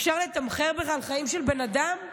אפשר לתמחר בכלל חיים של בן אדם?